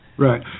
Right